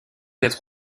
être